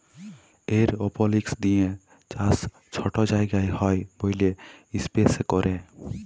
এরওপলিক্স দিঁয়ে চাষ ছট জায়গায় হ্যয় ব্যইলে ইস্পেসে ক্যরে